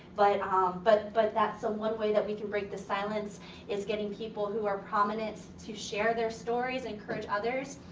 but um but but that's one way that we can break the silence is getting people who are prominent to share their stories and encourage others.